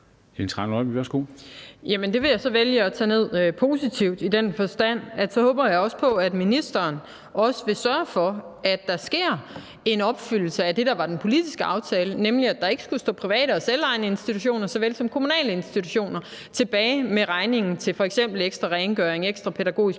Det vil jeg så vælge at tage ned positivt i den forstand, at så håber jeg også på, at ministeren også vil sørge for, at der sker en opfyldelse af det, der var den politiske aftale, nemlig at der ikke skulle stå private og selvejende institutioner såvel som kommunale institutioner tilbage med regningen til f.eks. ekstra rengøring, ekstra pædagogisk